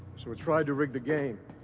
so it tried to rig the game.